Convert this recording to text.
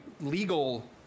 legal